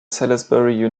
salisbury